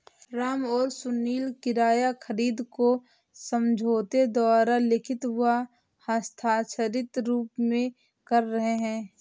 राम और सुनील किराया खरीद को समझौते द्वारा लिखित व हस्ताक्षरित रूप में कर रहे हैं